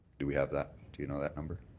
do we have that, do you know that number?